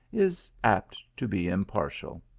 is apt to be impartial.